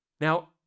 Now